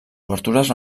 obertures